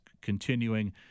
continuing